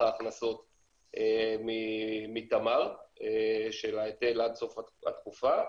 ההכנסות מתמר של ההיטל עד סוף התקופה,